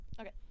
Okay